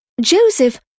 Joseph